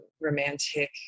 romantic